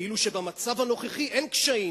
כאילו במצב הנוכחי אין קשיים.